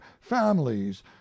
families